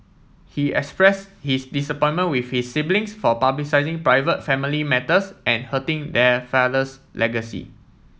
he express his disappointment with his siblings for publicising private family matters and hurting their father's legacy